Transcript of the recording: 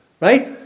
Right